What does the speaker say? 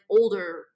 older